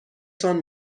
تان